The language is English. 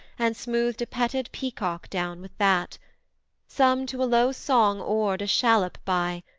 and smoothed a petted peacock down with that some to a low song oared a shallop by,